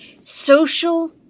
Social